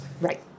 Right